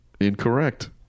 Incorrect